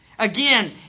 Again